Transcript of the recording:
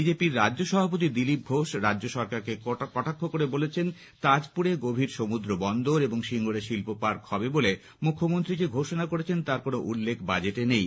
বিজেপির রাজ্য সভাপতি দিলীপ ঘোষ রাজ্য সরকারকে কটাক্ষ করে বলেছেন তাজপুরে গভীর সমুদ্র বন্দর এবং সিঙ্গুরে শিল্প পার্ক হবে বলে মুখ্যমন্ত্রী যে ঘোষণা করেছেন তার কোন উল্লেখ বাজেটে নেই